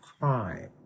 crime